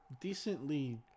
decently